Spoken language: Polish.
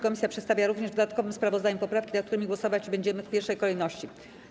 Komisja przedstawia również w dodatkowym sprawozdaniu poprawki, nad którymi głosować będziemy w pierwszej kolejności.